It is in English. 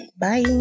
Bye